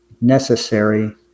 necessary